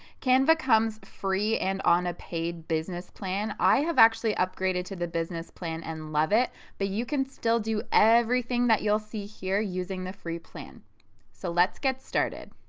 canva comes free and on a paid business plan. i have actually upgraded to the business plan and loved it but you can still do everything that you'll see here using the free plan so let's get started.